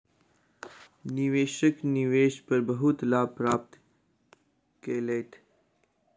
निवेशक निवेश पर बहुत लाभ प्राप्त केलैथ